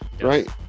right